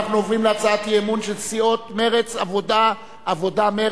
אנחנו עוברים להצעת האי-אמון של סיעות העבודה ומרצ